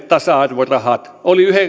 tasa arvon rahat olivat